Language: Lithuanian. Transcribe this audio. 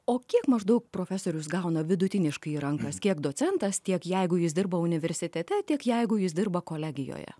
o kiek maždaug profesorius gauna vidutiniškai į rankas kiek docentas tiek jeigu jis dirba universitete tiek jeigu jis dirba kolegijoje